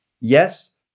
Yes